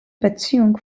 beziehung